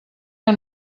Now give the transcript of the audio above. que